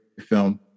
film